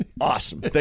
awesome